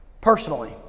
personally